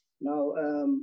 Now